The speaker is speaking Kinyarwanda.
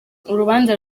urubanza